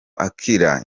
akilah